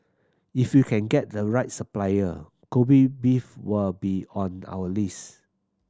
if you can get the right supplier Kobe beef will be on our list